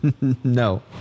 No